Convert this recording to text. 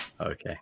Okay